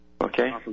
okay